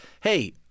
Hey